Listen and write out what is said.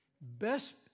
Best